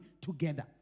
together